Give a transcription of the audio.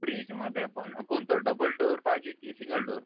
फ्रीजमध्ये पण कोणतं डबल डोअर पाहिजे की सिंगल डोअर